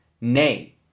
Nay